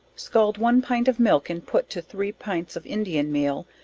scald one pint of milk and put to three pints of indian meal,